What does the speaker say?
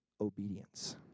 obedience